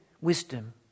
wisdom